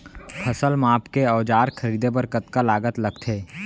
फसल मापके के औज़ार खरीदे बर कतका लागत लगथे?